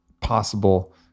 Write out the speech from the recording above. possible